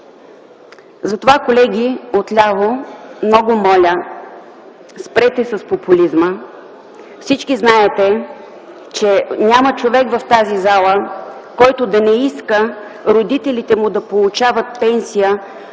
Затова, колеги отляво, много моля, спрете с популизма. Всички знаете, че няма човек в тази зала, който да не иска родителите му да получават пенсия,